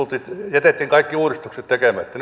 jätettiin kaikki uudistukset tekemättä